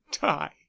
die